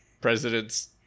President's